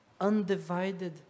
undivided